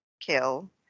kill